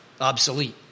obsolete